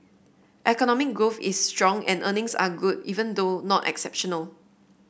economic growth is strong and earnings are good even though not exceptional